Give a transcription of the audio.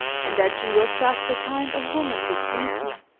and that she was just the kind of woman to please me.